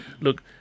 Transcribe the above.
Look